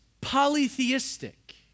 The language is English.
polytheistic